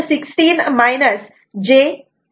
16 j 0